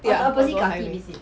ya got go highway